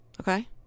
Okay